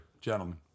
gentlemen